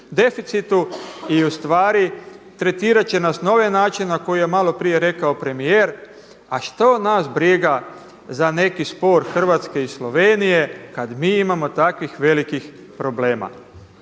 I u stvari tretirat će nas na ovaj način na koji je malo prije rekao premijer, a što nas briga za neki spor Hrvatske i Slovenije, kada mi imamo takvih velikih problema.